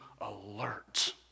alert